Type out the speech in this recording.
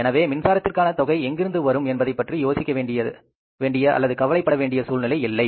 எனவே மின்சாரத்திற்கான தொகை எங்கிருந்து வரும் என்பதைப் பற்றி யோசிக்க வேண்டிய அல்லது கவலைப்பட வேண்டிய சூழ்நிலை இல்லை